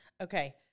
Okay